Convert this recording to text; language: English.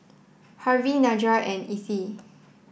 Harvy Nedra and Ethie